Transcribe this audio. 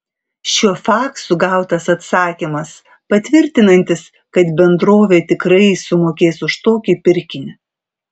šiuo faksu gautas atsakymas patvirtinantis kad bendrovė tikrai sumokės už tokį pirkinį